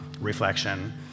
reflection